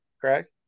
correct